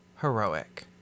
Heroic